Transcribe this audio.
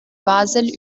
basel